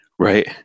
Right